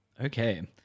Okay